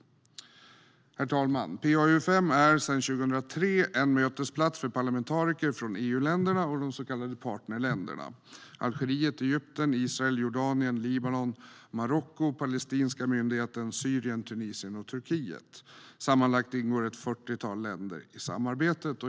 Herr talman! PA-UfM är sedan 2003 en mötesplats för parlamentariker från EU-länderna och de så kallade partnerländerna Algeriet, Egypten, Israel, Jordanien, Libanon, Marocko, Palestinska myndigheten, Syrien, Tunisien och Turkiet. Sammanlagt ingår ett fyrtiotal länder i samarbetet.